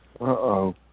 Uh-oh